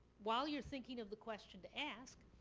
while you're thinking of the question to ask.